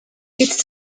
its